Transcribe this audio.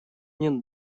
нет